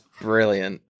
brilliant